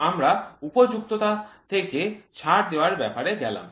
আমরা উপযুক্ততা থেকে ছাড় দেওয়ার ব্যাপারে গেলাম